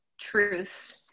truth